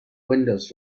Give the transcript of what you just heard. windows